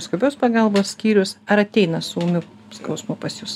skubios pagalbos skyrius ar ateina su ūmiu skausmu pas jus